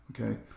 okay